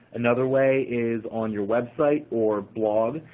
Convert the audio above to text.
another way is on your website or blog,